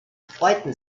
freuten